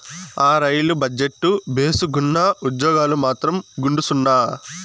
ఆ, రైలు బజెట్టు భేసుగ్గున్నా, ఉజ్జోగాలు మాత్రం గుండుసున్నా